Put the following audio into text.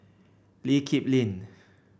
Lee Kip Lin